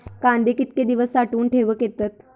कांदे कितके दिवस साठऊन ठेवक येतत?